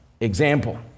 example